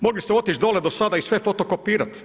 Mogli ste otići dole do sada i sve fotokopirati.